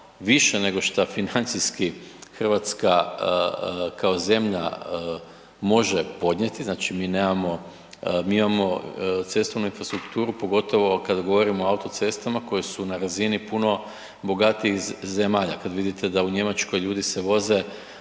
nego šta financijski Hrvatska kao zemlja može podnijeti, znači mi imamo cestovnu infrastrukturu pogotovo kada govorimo o autocestama koje su na razini puno bogatijih zemalja, kad vidite da u Njemačkoj ljudi se voze